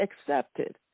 accepted